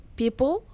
people